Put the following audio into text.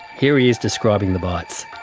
here he is describing the bites.